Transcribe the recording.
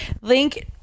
link